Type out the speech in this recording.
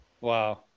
wow